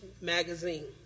Magazine